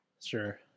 sure